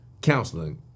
counseling